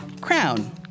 crown